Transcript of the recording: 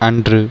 அன்று